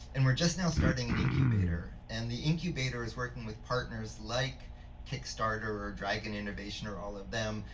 and we're just now starting an incubator, and the incubator is working with partners like kickstarter, or dragon innovation, or all of them,